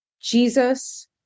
Jesus